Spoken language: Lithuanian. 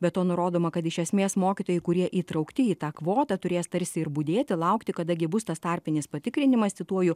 be to nurodoma kad iš esmės mokytojai kurie įtraukti į tą kvotą turės tarsi ir budėti laukti kada gi bus tas tarpinis patikrinimas cituoju